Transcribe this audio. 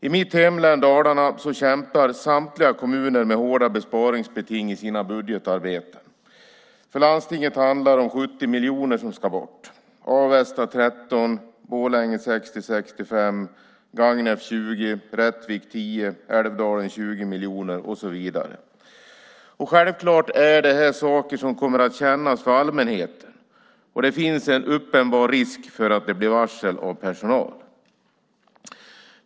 I mitt hemlän Dalarna kämpar samtliga kommuner med hårda sparbeting i sina budgetarbeten. För landstinget ska 70 miljoner bort, för Avesta 13 miljoner, för Borlänge 60-65 miljoner, för Gagnef 20 miljoner, för Rättvik 10 miljoner, för Älvdalen 20 miljoner och så vidare. Självklart kommer detta att kännas för allmänheten, och det finns en uppenbar risk för att det blir varsel av personal.